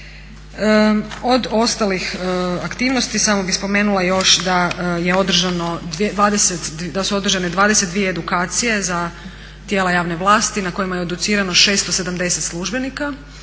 Od ostalih aktivnosti samo bih spomenula još da su održane 22 edukacije za tijela javne vlasti na kojima je educirano 670 službenika